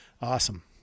awesome